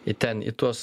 į ten į tuos